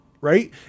right